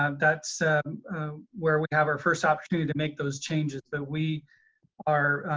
um that's where we have our first opportunity to make those changes, but we are